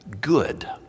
good